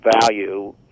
value